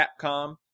Capcom